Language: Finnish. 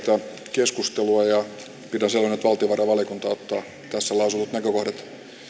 keskustelua ja pidän selvänä että valtiovarainvaliokunta ottaa tässä lausutut näkökohdat